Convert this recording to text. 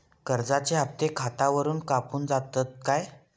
कर्जाचे हप्ते खातावरून कापून जातत काय?